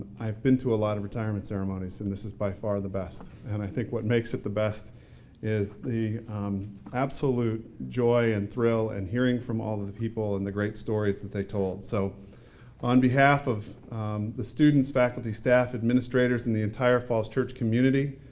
i've been to a lot of retirement ceremonies and this is by far the best. and i think what makes it the best is the absolute joy and thrill and hearing from all the the people and the great stories that they told. so on behalf of the students, faculty, staff administrators and the entire falls church community,